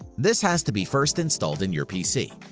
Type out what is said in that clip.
this has to be first installed in your pc.